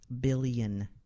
billion